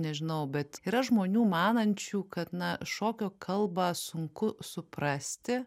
nežinau bet yra žmonių manančių kad na šokio kalbą sunku suprasti